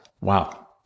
wow